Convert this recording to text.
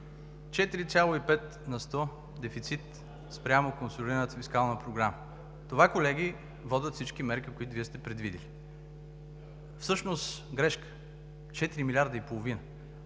4,5% дефицит спрямо консолидираната фискална програма. До това, колеги, водят всички мерки, които Вие сте предвидили. Всъщност грешка! 4,5 млрд.